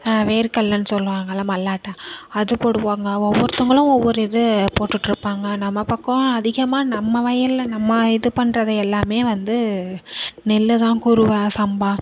வேர் கடல்லனு சொல்லுவாங்கல்ல மல்லாட்ட அது போடுவாங்க ஒவ்வொருத்தவங்களும் ஒவ்வொரு இது போட்டுகிட்டு இருப்பாங்க நம்ம பக்கம் அதிகமாக நம்ம வயல்ல நம்ம இது பண்றது எல்லாமே வந்து நெல்லுதான் குருவை சம்பா